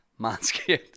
Manscaped